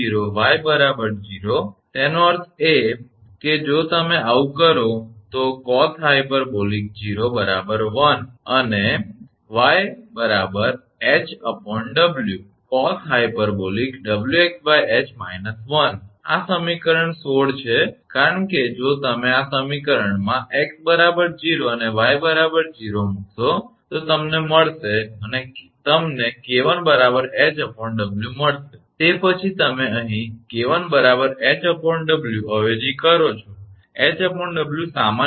તેથી જ્યારે 𝑥 0 𝑦 0 તેનો અર્થ એ કે જો તમે આવું કરો તો cosh 1 તેથી 𝑦 𝐻𝑊 cosh𝑊𝑥 𝐻 − 1 આ સમીકરણ 16 છે કારણ કે જો તમે આ સમીકરણમાં 𝑥 0 અને 𝑦 0 મૂકશો તો તમને મળશે તમને 𝐾1 𝐻𝑊 મળશે તે પછી તમે અહીં 𝐾1 𝐻𝑊 અવેજી કરો છો 𝐻𝑊 સામાન્ય લો